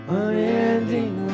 unending